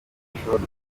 bishobora